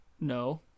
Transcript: No